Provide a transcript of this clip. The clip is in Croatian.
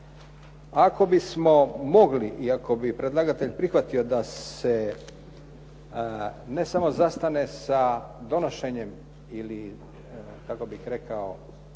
Ako bismo mogli i ako bi predlagatelj prihvatio da se ne samo zastane sa donošenjem ili kako bih rekao